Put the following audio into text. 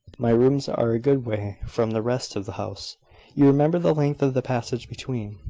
my rooms are a good way from the rest of the house you remember the length of the passage between.